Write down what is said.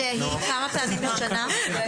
שהיא כמה פעמים בשנה?